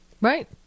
Right